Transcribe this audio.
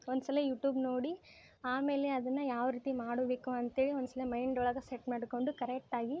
ಒಂದ್ಸಲ YouTube ನೋಡಿ ಆಮೇಲೆ ಅದನ್ನು ಯಾವ ರೀತಿ ಮಾಡಬೇಕು ಅಂಥೇಳಿ ಒಂದು ಸಲ ಮೈಂಡ್ ಒಳಗೆ ಸೆಟ್ ಮಾಡಿಕೊಂಡು ಕರೆಕ್ಟ್ ಆಗಿ